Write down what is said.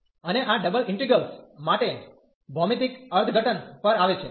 અને આ double integrals માટે ભૌમિતિક અર્થઘટન પર આવે છે